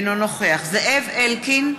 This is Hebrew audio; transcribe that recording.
אינו נוכח זאב אלקין,